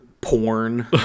porn